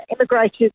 immigrated